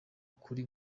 kuri